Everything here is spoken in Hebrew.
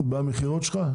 במחירון שלך?